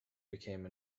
became